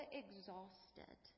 exhausted